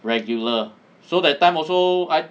regular so that time also I